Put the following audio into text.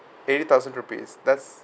eighty thousand rupees that's